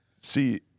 see